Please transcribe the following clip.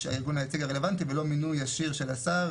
הארגון היציג הרלוונטי ולא מינוי ישיר של השר